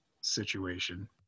situation